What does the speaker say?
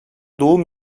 doğum